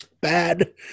bad